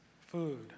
Food